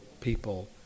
people